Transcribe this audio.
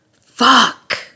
Fuck